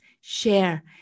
share